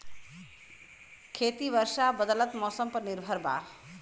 खेती वर्षा और बदलत मौसम पर निर्भर बा